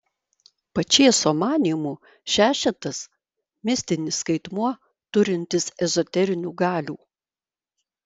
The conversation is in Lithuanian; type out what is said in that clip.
pačėso manymu šešetas mistinis skaitmuo turintis ezoterinių galių